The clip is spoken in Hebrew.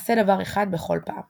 - עשה דבר אחד בכל פעם